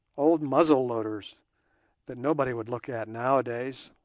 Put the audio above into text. old muzzle-loaders that nobody would look at nowadays.